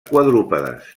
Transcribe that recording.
quadrúpedes